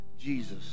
Jesus